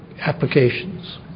applications